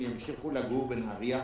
הם ימשיכו לגור בנהריה.